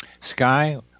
sky